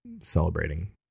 celebrating